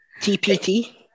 TPT